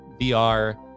VR